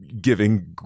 giving